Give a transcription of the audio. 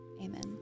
Amen